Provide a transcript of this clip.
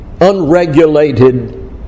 unregulated